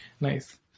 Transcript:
Nice